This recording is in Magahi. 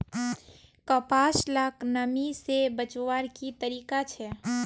कपास लाक नमी से बचवार की तरीका छे?